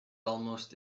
almost